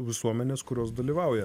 visuomenės kurios dalyvauja